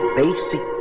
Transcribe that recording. basic